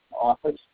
office